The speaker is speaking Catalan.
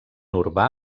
urbà